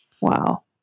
Wow